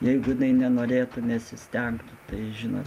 jeigu jinai nenorėtų nesistengtų tai žinot